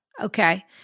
okay